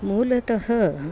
मूलतः